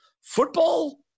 Football